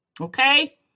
Okay